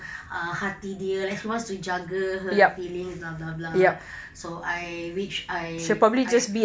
ah hati dia like she wants to jaga her feelings blah blah blah so I which I I